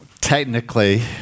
technically